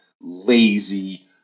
lazy